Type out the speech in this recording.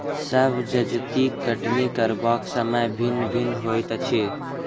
सभ जजतिक कटनी करबाक समय भिन्न भिन्न होइत अछि